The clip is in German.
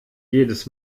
jedes